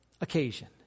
occasion